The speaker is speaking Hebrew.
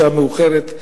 בשעה מאוחרת,